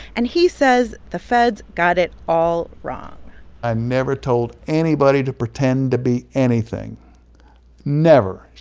and he says the feds got it all wrong i never told anybody to pretend to be anything never.